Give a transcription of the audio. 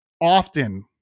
often